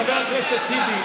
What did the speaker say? חבר הכנסת טיבי,